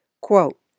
Quote